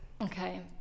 Okay